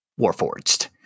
Warforged